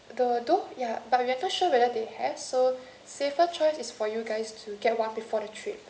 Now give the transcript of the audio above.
the though ya but we are not sure whether they have so safer choice is for you guys to get one before the trip